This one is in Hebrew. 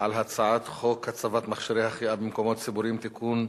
על הצעת חוק הצבת מכשירי החייאה במקומות ציבוריים (תיקון),